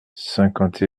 cinquante